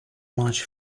much